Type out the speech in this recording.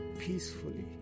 peacefully